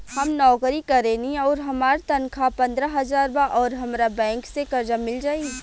हम नौकरी करेनी आउर हमार तनख़ाह पंद्रह हज़ार बा और हमरा बैंक से कर्जा मिल जायी?